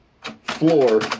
floor